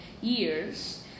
years